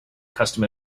custom